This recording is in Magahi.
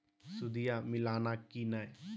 सुदिया मिलाना की नय?